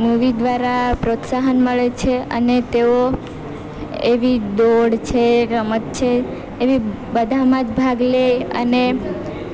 movie દ્વારા પ્રોત્સાહન મળે છે અને તેઓ એવી દોડ છે રમત છે એવી બધામાં જ ભાગ લે અને